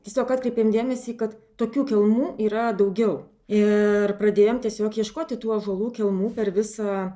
tiesiog atkreipėm dėmesį kad tokių kelmų yra daugiau ir pradėjom tiesiog ieškoti tų ąžuolų kelmų per visą